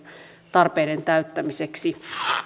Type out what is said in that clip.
tarpeiden täyttämiseksi